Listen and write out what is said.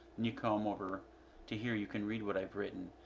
you come over to here you can read what i have written.